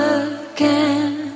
again